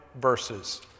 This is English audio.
verses